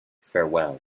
farewell